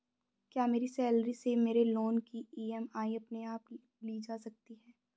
क्या मेरी सैलरी से मेरे लोंन की ई.एम.आई अपने आप ली जा सकती है?